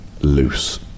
Loose